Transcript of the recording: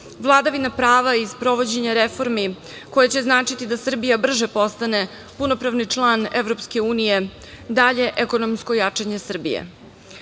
vladavina prava i sprovođenje reformi koje će značiti da Srbija brže postane punopravni član EU, dalje ekonomsko jačanje Srbije. Ono